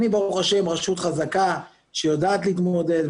אני ברוך השם רשות חזקה שיודעת להתמודד,